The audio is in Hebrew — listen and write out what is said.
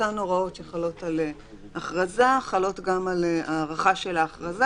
אותן הוראות שחלות על הכרזה חלות גם על ההארכה של ההכרזה,